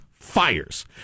Fires